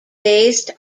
based